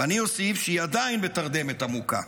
ואני אוסיף שהיא עדיין בתרדמת עמוקה.